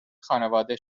خانواده